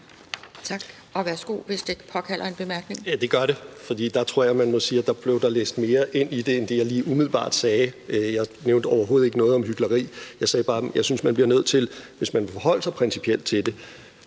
Kl. 12:10 Justitsministeren (Nick Hækkerup): Ja, det gør det, for der tror jeg, man må sige, at der blev læst mere ind i det end det, jeg lige umiddelbart sagde. Jeg nævnte overhovedet ikke noget om hykleri. Jeg sagde bare, at jeg synes, at hvis man vil forholde sig principielt til det